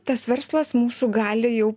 tas verslas mūsų gali jau